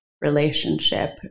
relationship